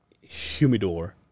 humidor